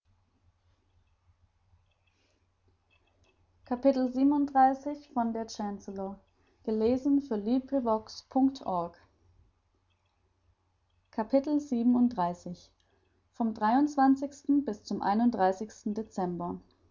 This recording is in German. unglücks bis zum